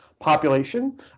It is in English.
population